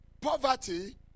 Poverty